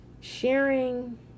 sharing